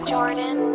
Jordan